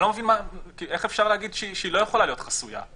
אני לא מבין איך אפשר להגיד שהיא לא יכולה להיות חסויה.